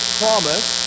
promise